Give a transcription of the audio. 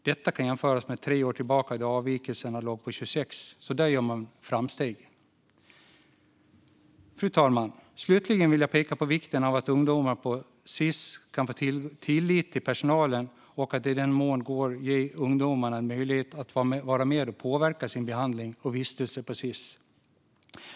Detta kan jämföras med tre år tillbaka då siffran för avvikelser var 26. Där gör man alltså framsteg. Fru talman! Slutligen vill jag peka på vikten av att ungdomar på Sis kan få tillit till personalen och att de i den mån det går bör ges möjlighet att vara med och påverka sin behandling och vistelse på Sis.